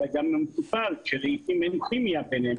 אלא גם המטופל שלעתים אין כימיה ביניהם,